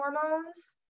hormones